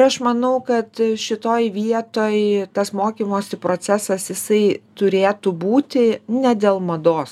aš manau kad šitoj vietoj tas mokymosi procesas jisai turėtų būti ne dėl mados